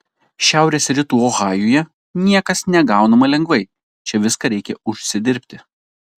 šiaurės rytų ohajuje niekas negaunama lengvai čia viską reikia užsidirbti